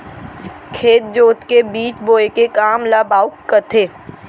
खेत जोत के बीज बोए के काम ल बाउक कथें